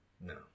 no